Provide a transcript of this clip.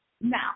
Now